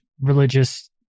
religious